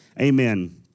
Amen